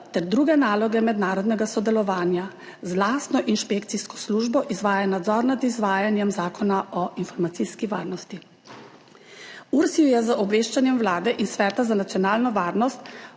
ter druge naloge mednarodnega sodelovanja. Z lastno inšpekcijsko službo izvaja nadzor nad izvajanjem Zakona o informacijski varnosti. URSIV je z obveščanjem Vlade in Sveta za nacionalno varnost